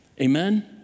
Amen